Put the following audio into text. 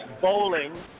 bowling